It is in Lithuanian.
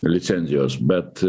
licencijos bet